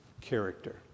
character